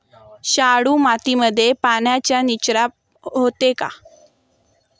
शाडू मातीमध्ये पाण्याचा निचरा होतो का?